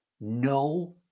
No